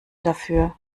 dafür